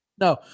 No